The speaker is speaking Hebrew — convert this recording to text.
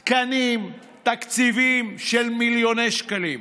תקנים, תקציבים של מיליוני שקלים.